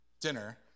dinner